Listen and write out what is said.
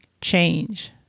change